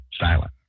silent